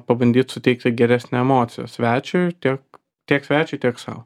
pabandyt suteikti geresnę emociją svečiui tiek tiek svečiui tiek sau